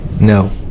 No